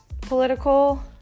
political